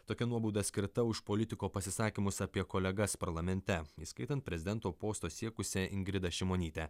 tokia nuobauda skirta už politiko pasisakymus apie kolegas parlamente įskaitant prezidento posto siekusią ingridą šimonytę